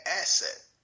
asset